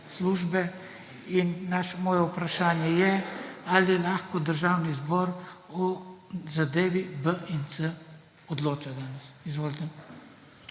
in moje vprašanje je, ali lahko Državni zbor o zadevi b in c odloča danes? Izvolite.